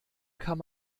kann